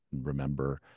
remember